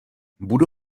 budu